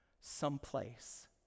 someplace